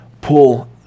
pull